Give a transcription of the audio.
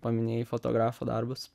paminėjai fotografo darbus